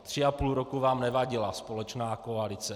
Tři a půl roku vám nevadila společná koalice.